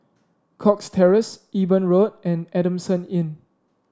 Cox Terrace Eben Road and Adamson Inn